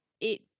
it-